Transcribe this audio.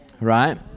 right